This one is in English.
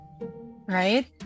right